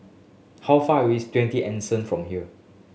how far away is Twenty Anson from here